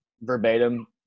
verbatim